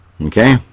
Okay